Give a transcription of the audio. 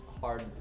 hard